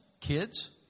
kids